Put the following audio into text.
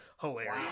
hilarious